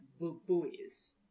buoys